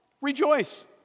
Rejoice